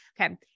Okay